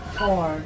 four